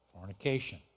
fornication